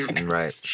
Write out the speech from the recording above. right